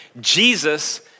Jesus